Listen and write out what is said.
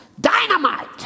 dynamite